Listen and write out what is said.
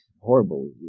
horrible